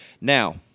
Now